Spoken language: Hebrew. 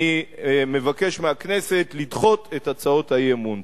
אני מבקש מהכנסת לדחות את הצעות האי-אמון.